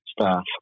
staff